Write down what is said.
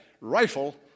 rifle